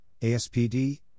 ASPD